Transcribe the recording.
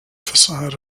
facade